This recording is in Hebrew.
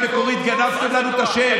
אני מהתנועה הציונית המקורית, גנבתם לנו את השם.